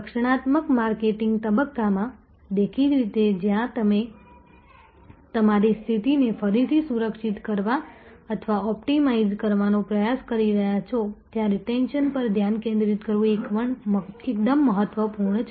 રક્ષણાત્મક માર્કેટિંગ તબક્કામાં દેખીતી રીતે જ્યાં તમે તમારી સ્થિતિને ફરીથી સુરક્ષિત કરવા અથવા ઑપ્ટિમાઇઝ કરવાનો પ્રયાસ કરી રહ્યાં છો ત્યાં રીટેન્શન પર ધ્યાન કેન્દ્રિત કરવું એકદમ મહત્વપૂર્ણ છે